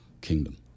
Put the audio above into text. kingdom